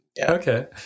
okay